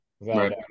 right